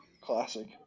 Classic